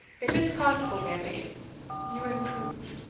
it is classical, bailie you improve.